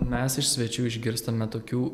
mes iš svečių išgirstame tokių